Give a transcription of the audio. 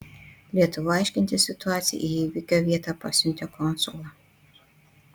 lietuva aiškintis situaciją į įvykio vietą pasiuntė konsulą